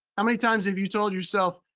how many times have you told yourself,